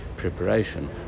preparation